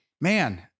Man